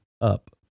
up